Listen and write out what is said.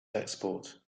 export